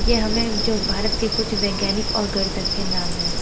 ये हमें जो भारत के कुछ वैज्ञानिक और गणितज्ञ के नाम हैं